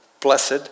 Blessed